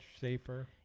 safer